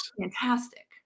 fantastic